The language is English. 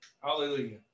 hallelujah